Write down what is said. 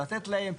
לתת להם.